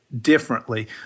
differently